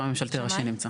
שמאי ממשלתי ראשי נמצא.